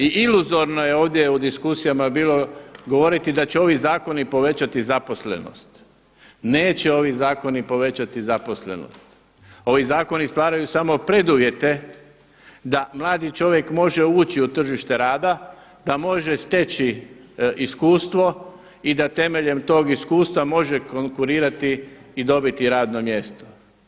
I iluzorno je ovdje u diskusijama bilo govoriti da će ovi zakoni povećati zaposlenost, neće ovi zakoni povećati zaposlenost, ovi zakoni stvaraju samo preduvjete da mladi čovjek može uči u tržište rada da može steći iskustvo i da temeljem tog iskustva može konkurirati i dobiti radno mjesto.